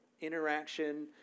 Interaction